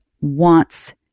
wants